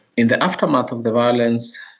in the aftermath of the violence,